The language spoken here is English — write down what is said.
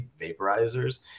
vaporizers